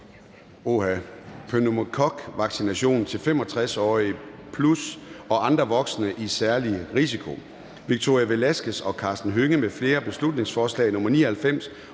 pneumokokvaccination til 65+-årige og andre voksne i særlig risiko). Victoria Velasquez (EL) og Karsten Hønge (SF) m.fl.: Beslutningsforslag nr. B